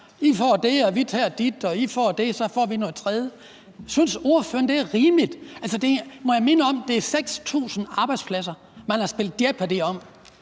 I får det, og vi tager dit, og I får dat, så får vi noget tredje? Synes ordføreren, det er rimeligt? Altså, må jeg minde om, at det er 6.000 arbejdspladser, man har spillet Jeopardy om;